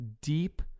deep